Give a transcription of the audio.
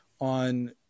on